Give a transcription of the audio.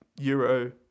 euro